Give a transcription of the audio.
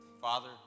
Father